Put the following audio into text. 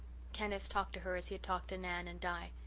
kenneth talked to her as he had talked to nan and di.